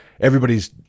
everybody's